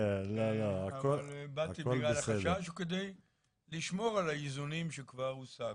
החשש הוא, על מנת לשמור את האיזונים שכבר הושגו.